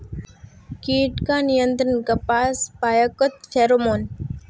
कीट का नियंत्रण कपास पयाकत फेरोमोन?